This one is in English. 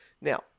Now